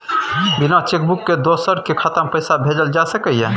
बिना cheque book के दोसर के खाता में पैसा भेजल जा सकै ये?